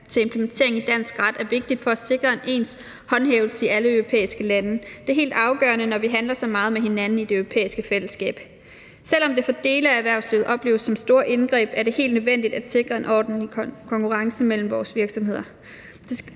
til implementering i dansk ret, er vigtigt for at sikre en ens håndhævelse i alle de europæiske lande. Det er helt afgørende, når vi handler så meget med hinanden i det europæiske fællesskab. Selv om det for dele af erhvervslivet opleves som store indgreb, er det helt nødvendigt at sikre en ordentlig konkurrence mellem vores virksomheder.